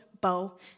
bow